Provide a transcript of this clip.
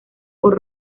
por